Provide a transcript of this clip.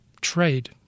trade